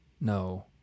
No